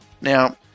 now